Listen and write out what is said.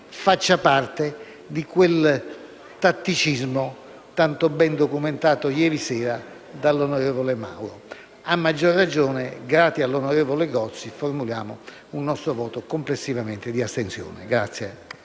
faccia parte di quel tatticismo tanto ben documentato ieri sera dall'onorevole Mauro Mario. A maggior ragione, grati all'onorevole Gozi, formuliamo un nostro voto complessivamente di astensione.